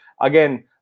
again